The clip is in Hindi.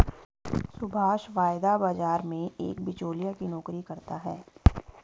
सुभाष वायदा बाजार में एक बीचोलिया की नौकरी करता है